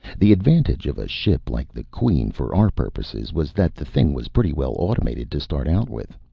the advantage of a ship like the queen, for our purposes, was that the thing was pretty well automated to start out with.